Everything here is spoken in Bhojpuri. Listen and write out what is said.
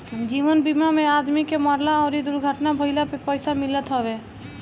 जीवन बीमा में आदमी के मरला अउरी दुर्घटना भईला पे पईसा मिलत हवे